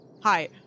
Hi